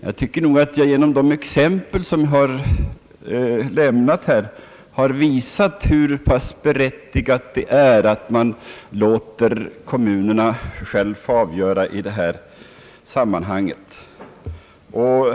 Jag tycker nog att de exempel, som jag här lämnat, visar hur pass berättigat det är att man låter kommunerna själva få avgöra i sådana här sammanhang.